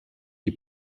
die